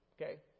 Okay